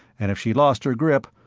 and if she lost her grip,